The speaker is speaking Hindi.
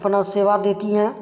अपना सेवा देती हैं